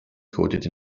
coded